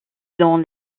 dans